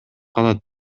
калат